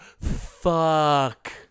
fuck